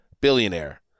billionaire